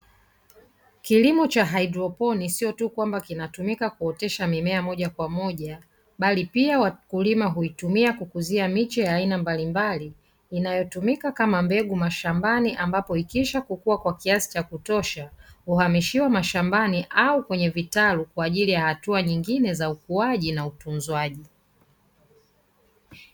Kilimo cha haidroponi sio tu kwamba kinatumika kuotesha mimea moja kwa moja bali pia wakulima huitumia kukuzia miche ya aina mbalimbali inayotumika kama mbegu mashambani ambapo ikishakukuwa kwa kiasi cha kutosha uhamishiwa mashambani au kwenye vitalu kwa ajili ya hatua nyingine za ukuaji na utunzwaji.